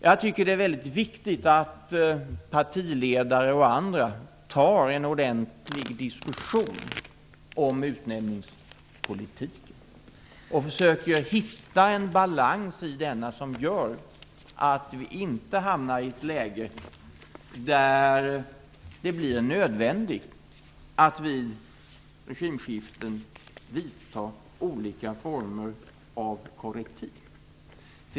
Jag tycker att det är väldigt viktigt att partiledare och andra tar en ordentlig diskussion om utnämningspolitiken och försöker hitta en balans i denna som gör att vi inte hamnar i ett läge där det blir nödvändigt att vid regimskiften vidta olika former av korrektiv.